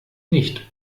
nicht